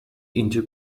into